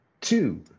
two